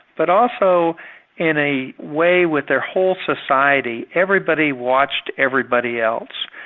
but also in a way with their whole society, everybody watched everybody else.